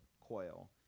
coil